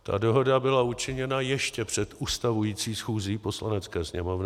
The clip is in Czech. Ta dohoda byla učiněna ještě před ustavující schůzí Poslanecké sněmovny.